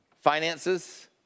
finances